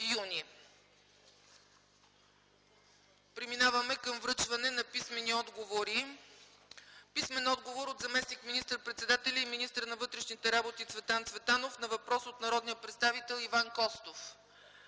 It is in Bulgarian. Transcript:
Преминаваме към връчване на писмени отговори от: - заместник министър-председателя и министър на вътрешните работи Цветан Цветанов на въпрос от народния представител Иван Костов;